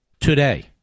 Today